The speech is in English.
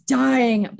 dying